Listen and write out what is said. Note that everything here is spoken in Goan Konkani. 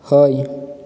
हय